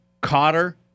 Cotter